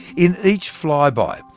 in each flyby,